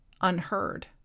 unheard